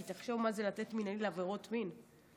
כי תחשוב מה זה לתת מינהלי בעבירות מין.